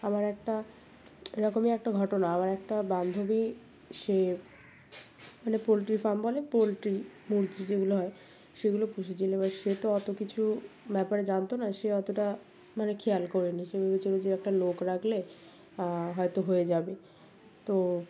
আমার একটা এরকমই একটা ঘটনা আমার একটা বান্ধবী সে মানে পোলট্রি ফার্ম বলে পোলট্রি মুরগি যেগুলো হয় সেগুলো পুষেছিল এবার সে তো অত কিছু ব্যাপারে জানতো না সে অতটা মানে খেয়াল করে নি সে ভবেছিল যে একটা লোক রাখলে হয়তো হয়ে যাবে তো